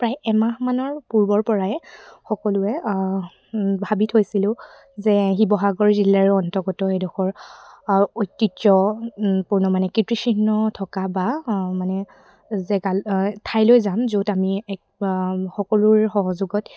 প্ৰায় এমাহমানৰ পূৰ্বৰ পৰাই সকলোৱে ভাবি থৈছিলোঁ যে শিৱসাগৰ জিলাৰ অন্তৰ্গত এডখৰ ঐতিহ্য পূৰ্ণ মানে কীৰ্তিচিহ্ন থকা বা মানে জেগাল ঠাইলৈ যাম য'ত আমি এক সকলোৰ সহযোগত